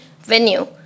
venue